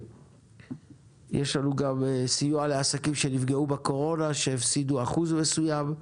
יש לנו גם סיוע לעסקים שנפגעו בקורונה שהפסידו אחוז מסוים,